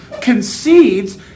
concedes